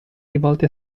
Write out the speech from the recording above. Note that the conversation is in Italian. rivolti